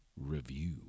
review